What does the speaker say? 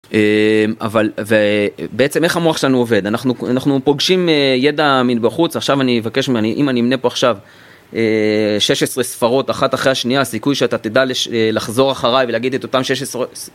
אבל, בעצם איך המוח שלנו עובד? אנחנו פוגשים ידע מן בחוץ, עכשיו אני אבקש, אם אני אמנה פה עכשיו 16 ספרות אחת אחרי השנייה, הסיכוי שאתה תדע לחזור אחריי ולהגיד את אותן 16...